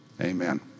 amen